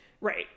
Right